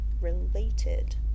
related